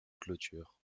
clôture